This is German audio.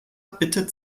bitte